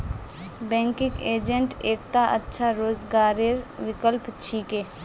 banking agent एकता अच्छा रोजगारेर विकल्प छिके